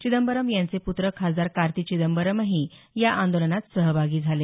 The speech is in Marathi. चिदंबरम यांचे प्त्र खासदार कार्ति चिदंबरमही या आंदोलनात सहभागी झाले